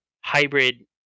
hybrid